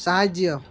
ସାହାଯ୍ୟ